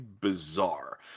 bizarre